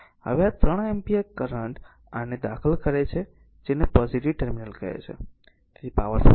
હવે આ 3 ampere current r ને દાખલ કરે છે જેને પોઝીટીવ ટર્મિનલ કહે છે તેથી પાવર શોષાય છે